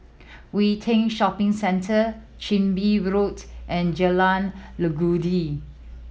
Yew Tee Shopping Centre Chin Bee Road and Jalan Legundi